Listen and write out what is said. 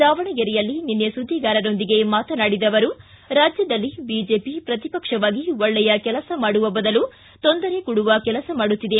ದಾವಣಗೆರೆಯಲ್ಲಿ ನಿನ್ನೆ ಸುದ್ದಿಗಾರರೊಂದಿಗೆ ಮಾತನಾಡಿದ ಅವರು ರಾಜ್ಯದಲ್ಲಿ ಬಿಜೆಪಿ ಪ್ರತಿಪಕ್ಷವಾಗಿ ಒಳ್ಳೆಯ ಕೆಲಸ ಮಾಡುವ ಬದಲು ತೊಂದರೆ ಕೊಡುವ ಕೆಲಸ ಮಾಡುತ್ತಿದೆ